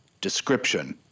Description